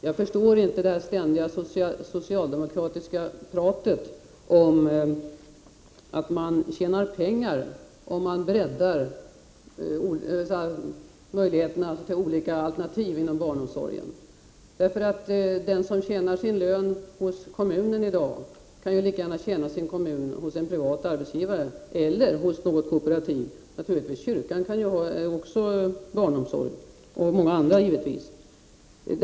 Jag förstår inte det ständiga socialdemokratiska pratet om att man tjänar pengar om man breddar möjligheterna till alternativ inom barnomsorgen. Den som tjänar sin lön hos kommunen i dag, kan ju lika gärna göra det hos en privat arbetsgivare eller hos något kooperativ — kyrkan kan ju också anordna barnomsorg, liksom många andra, givetvis.